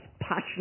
passionate